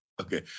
Okay